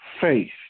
faith